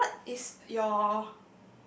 what what is your